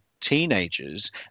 teenagers